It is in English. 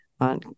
on